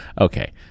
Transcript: Okay